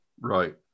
Right